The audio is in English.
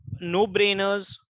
no-brainers